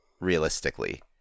realistically